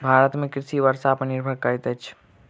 भारत में कृषि वर्षा पर निर्भर करैत अछि